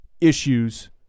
issues